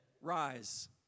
rise